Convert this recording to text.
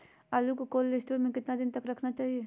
आलू को cold store में कितना दिन तक रखना चाहिए?